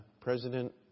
President